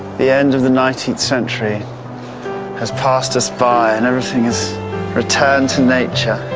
the end of the nineteenth century has passed us by, and everything has returned to nature.